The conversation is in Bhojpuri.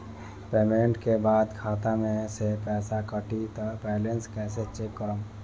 पेमेंट के बाद खाता मे से पैसा कटी त बैलेंस कैसे चेक करेम?